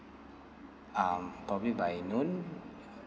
um probably by noon